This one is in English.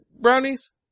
brownies